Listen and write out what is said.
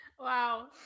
Wow